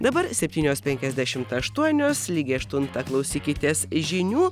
dabar septynios penkiasdešimt aštuonios lygiai aštuntą klausykitės žinių